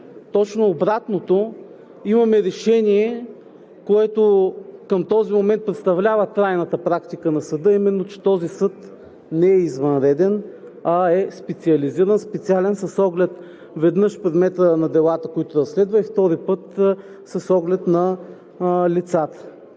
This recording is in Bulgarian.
точно обратното, имаме решение, което към този момент представлява трайната практика на Съда, а именно, че този Съд не е извънреден, а е специализиран, специален, веднъж, с оглед предмета на делата, които разследва, и втори път, с оглед на лицата.